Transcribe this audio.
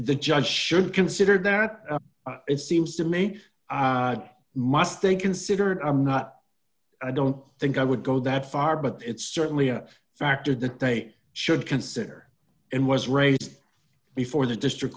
the judge should consider that it seems to me i must think considered i'm not i don't think i would go that far but it's certainly a factor that they should consider and was raised before the district